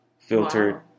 filtered